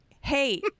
hey